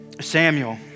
Samuel